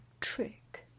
trick